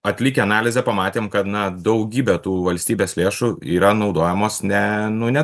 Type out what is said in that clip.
atlikę analizę pamatėm kad na daugybę tų valstybės lėšų yra naudojamos ne nu ne